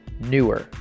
newer